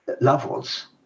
levels